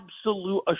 absolute